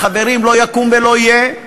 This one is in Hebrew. חברים, לא יקום ולא יהיה,